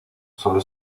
solo